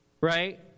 right